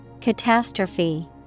Catastrophe